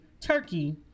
turkey